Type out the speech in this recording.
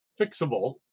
fixable